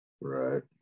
Right